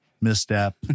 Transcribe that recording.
misstep